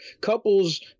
couples